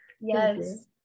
Yes